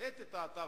נשארות בתוך